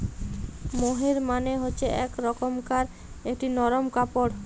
মোহের মানে হচ্ছে এক রকমকার একটি নরম কাপড়